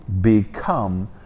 become